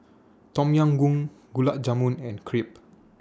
Tom Yam Goong Gulab Jamun and Crepe